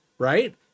right